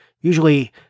usually